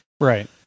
Right